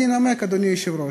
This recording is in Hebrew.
אני אנמק, אדוני היושב-ראש.